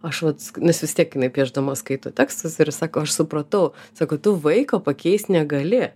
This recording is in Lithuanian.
aš vat nes vis tiek jinai piešdama skaito tekstus ir sako aš supratau sakau tu vaiko pakeist negali